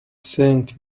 sank